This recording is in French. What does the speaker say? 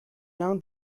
l’un